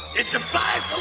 it defies